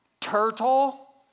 Turtle